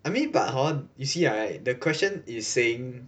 I mean but hor you see right the question is saying